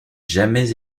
jamais